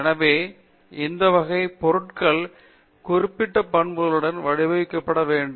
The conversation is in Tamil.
எனவே இந்த வகை பொருட்கள் குறிப்பிட்ட பண்புகளுடன் வடிவமைக்கப்பட வேண்டும்